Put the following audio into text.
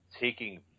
taking